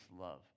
love